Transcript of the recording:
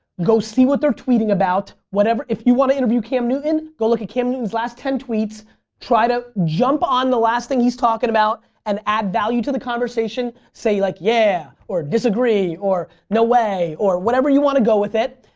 go see what they're tweeting about. if you want to interview cam newton go look at cam newton's last ten tweets try to jump on the last thing he's talking about and add value to the conversation. say like yeah or disagree or no way or whatever you want to go with it.